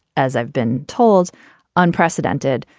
as i've been told unprecedented,